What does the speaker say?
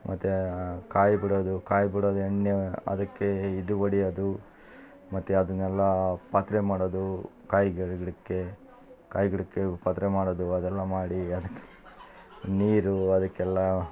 ಮತು ಕಾಯಿ ಬಿಡೊದು ಕಾಯಿ ಬಿಡೊದು ಎಣ್ಣೆ ಅದಕ್ಕೇ ಇದು ಹೊಡಿಯೊದು ಮತ್ತು ಅದನ್ನೆಲ್ಲಾ ಪಾತ್ರೆ ಮಾಡೊದೂ ಕಾಯಿಗಳು ಗಿಡಕ್ಕೆ ಕಾಯಿ ಗಿಡಕ್ಕೆ ಪಾತ್ರೆ ಮಾಡೊದು ಅದೆಲ್ಲ ಮಾಡಿ ಅದಕ್ಕೆ ನೀರು ಅದಕೆಲ್ಲ